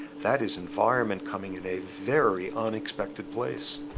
that is environment coming in a very unexpected place.